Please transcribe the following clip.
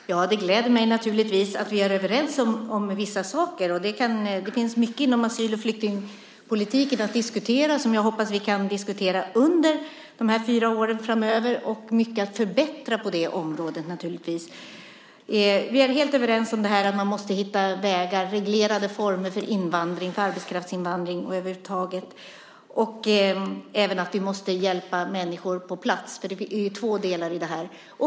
Herr talman! Det gläder mig naturligtvis att vi är överens om vissa saker. Det finns mycket inom asyl och flyktingpolitikens område att diskutera, vilket jag hoppas att vi kan göra under de fyra åren framöver, och naturligtvis mycket att förbättra. Vi är helt överens om att vi måste hitta reglerade former för arbetskraftsinvandring och invandring över huvud taget och även att vi måste hjälpa människor på plats, för det är ju två delar i det här.